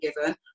given